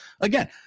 again